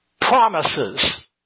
Promises